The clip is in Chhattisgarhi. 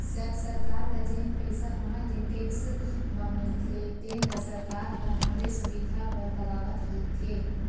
सरकार ल जेन पइसा हमर ले टेक्स म मिलथे तेन ल सरकार ह हमरे सुबिधा बर लगावत रइथे